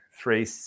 three